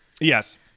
Yes